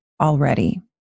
already